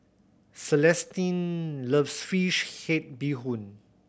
Celestine loves fish head bee hoon